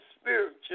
spiritual